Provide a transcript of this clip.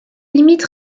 limite